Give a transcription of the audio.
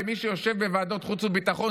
כמי שיושב בוועדות חוץ וביטחון,